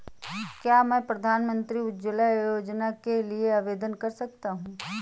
क्या मैं प्रधानमंत्री उज्ज्वला योजना के लिए आवेदन कर सकता हूँ?